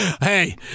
Hey